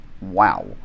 Wow